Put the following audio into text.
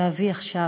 ואבי עכשיו,